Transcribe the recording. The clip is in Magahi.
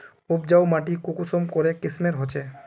उपजाऊ माटी कुंसम करे किस्मेर होचए?